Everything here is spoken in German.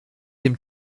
dem